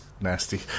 nasty